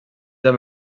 amb